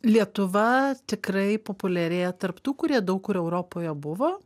lietuva tikrai populiarėja tarp tų kurie daug kur europoje buvo